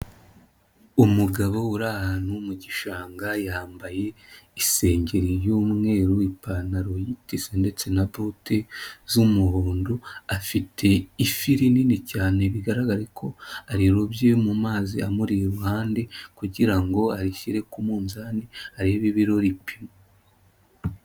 Umugabo uri ahantu mu gishanga yambaye isengeri y'umweru, ipantaro yitese, ndetse na pote z'umuhondo afite ifi rinini cyane bigaragara ko arirobye mu mazi amuri iruhande kugira ngo ayishyire ku munzani arebe ibirori ripima.